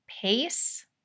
pace